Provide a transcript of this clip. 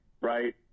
right